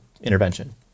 intervention